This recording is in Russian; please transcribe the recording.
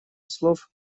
слов